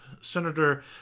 Senator